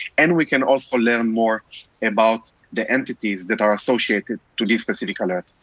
and we can also learn more about the entities that are associated to this specific alert.